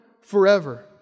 Forever